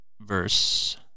verse